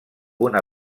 una